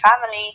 family